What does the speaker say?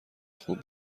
خوب